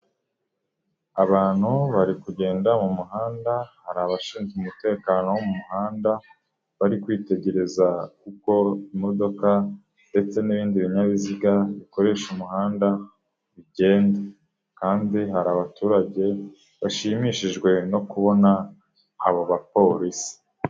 Abantu bari kugenda mu muhanda hari abashinzwe umutekano wo mu muhanda, bari kwitegereza uko imodoka ndetse n'ibindi binyabiziga bikoresha umuhanda bigenda, kandi hari abaturage bashimishijwe no kubona abo bapolisi.